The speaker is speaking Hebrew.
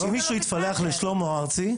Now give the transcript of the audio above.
אם מישהו יתפלח עכשיו לשלמה ארצי,